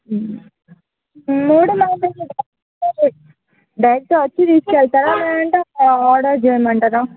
మూడు madam direct వచ్చి తీసుకెళ్తారా లేదంటే ఆర్డర్ చేయమంటారా